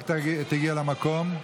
רק תגיעי למקום.